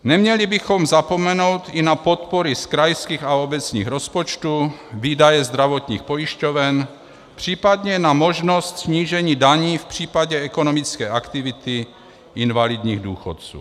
Neměli bychom zapomenout i na podpory z krajských a obecních rozpočtů, výdaje zdravotních pojišťoven, případně na možnost snížení daní v případě ekonomické aktivity invalidních důchodců.